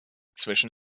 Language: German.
zwischen